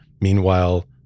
Meanwhile